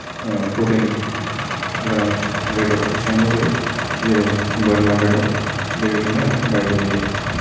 प्रतिन गोनां बेदरफोर संनाय जायो जेरै बोरमा बेदर बेबायदिनो आरो बायदि बायदि